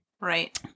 Right